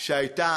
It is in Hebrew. שהייתה,